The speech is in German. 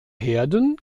herden